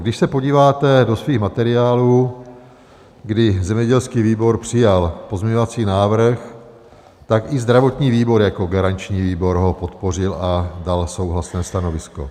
Když se podíváte do svých materiálů, kdy zemědělský výbor přijal pozměňovací návrh, tak i zdravotní výbor jako garanční výbor ho podpořil a dal souhlasné stanovisko.